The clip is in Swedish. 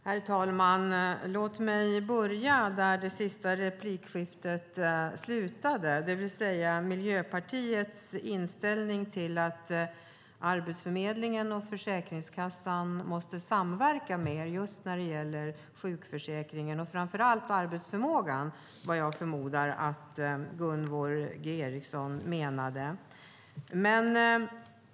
Herr talman! Låt mig börja där det förra replikskiftet slutade, det vill säga Miljöpartiets inställning att Arbetsförmedlingen och Försäkringskassan måste samverka mer just när det gäller sjukförsäkringen och framför allt arbetsförmågan, vilket jag förmodar att Gunvor G Ericson menade.